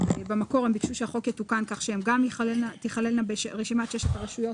במקור הן ביקשו שהחוק יתוקן כך שהן גם תכללנה ברשימת שש הרשויות